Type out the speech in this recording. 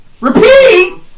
Repeat